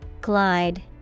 Glide